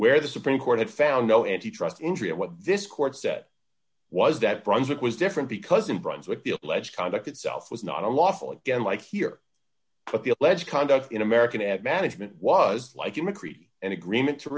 where the supreme court had found no antitrust injury and what this court said was that brunswick was different because in brunswick the alleged conduct itself was not unlawful again like here but the alleged conduct in american at management was like a mccree an agreement to